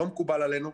לא מקובל עלינו,